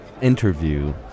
interview